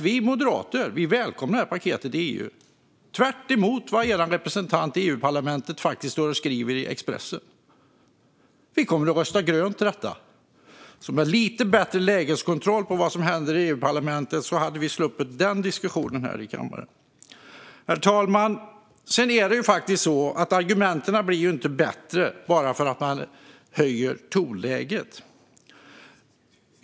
Vi moderater välkomnade detta paket i EU, tvärtemot vad er representant i Europaparlamentet skriver i Expressen. Vi kommer att rösta grönt till detta. Med lite bättre lägeskontroll när det gäller vad som händer i Europaparlamentet hade vi sluppit den diskussionen här i kammaren. Herr talman! Argumenten blir faktiskt inte bättre bara för att man höjer tonläget.